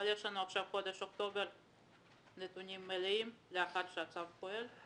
אבל יש את חודש אוקטובר ויש לנו נתונים מלאים לאחר שהצו פועל.